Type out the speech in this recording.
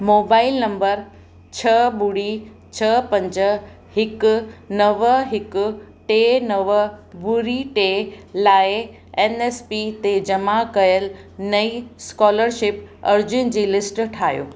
mobile number छह ॿुड़ी छह पंज हिकु नव हिकु टे नव ॿुड़ी टे लाइ एन एस पी ते जमा कयलु नईं स्कॉलरशिप अर्ज़ियुनि जी लिस्ट ठाहियो